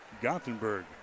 Gothenburg